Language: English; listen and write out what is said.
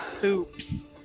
poops